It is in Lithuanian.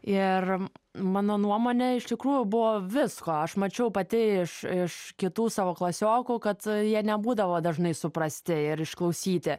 ir mano nuomone iš tikrųjų buvo visko aš mačiau pati iš iš kitų savo klasiokų kad jie nebūdavo dažnai suprasti ir išklausyti